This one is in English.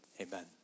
amen